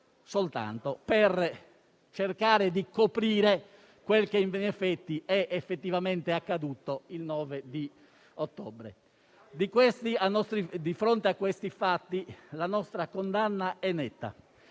soltanto per cercare di coprire quel che è effettivamente accaduto il 9 ottobre. Di fronte a questi fatti la nostra condanna è netta.